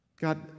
God